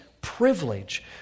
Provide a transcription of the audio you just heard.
privilege